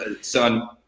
Son